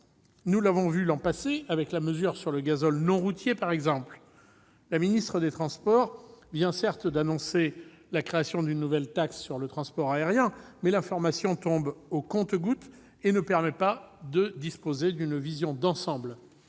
Nous l'avons vu l'an passé avec la mesure sur le gazole non routier par exemple. La ministre des transports vient certes d'annoncer la création d'une nouvelle taxe sur le transport aérien, mais l'information tombe au compte-gouttes et ne permet pas de disposer d'une vision d'ensemble.